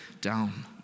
down